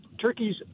turkeys